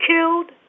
killed